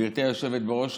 גברתי היושבת בראש,